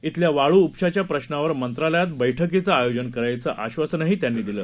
क्विल्या वाळू उपशाच्या प्रशावर मंत्रालयात बैठकीचं आयोजन करायचं आक्वासनही त्यांनी दिलं